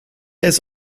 has